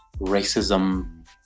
racism